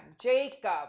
jacob